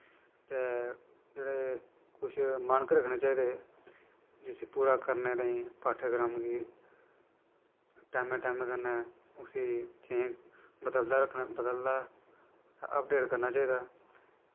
ते जेह्ड़े कुश मानक रक्खने चाही दे जिसी पूरा करने तांई पाठयक्रम गी टैमै टैमै कन्नै उसी चेंज़ बदलदा अपडेट करना चाही दा